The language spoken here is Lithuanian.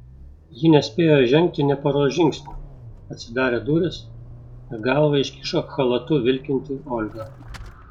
ji nespėjo žengti nė poros žingsnių atsidarė durys ir galvą iškišo chalatu vilkinti olga